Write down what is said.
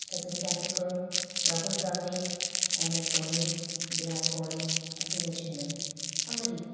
Sachin Tendulkar Rahul Dravid M S Dhoni Virat Kohli ꯑꯁꯤꯅꯆꯤꯡꯕꯅꯤ ꯑꯃꯗꯤ